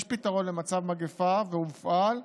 יש פתרון למצב מגפה, והוא מופעל,